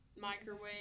microwave